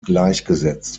gleichgesetzt